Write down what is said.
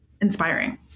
inspiring